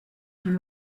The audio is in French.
plus